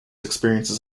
experiences